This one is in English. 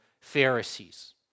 Pharisees